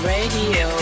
Radio